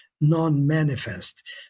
non-manifest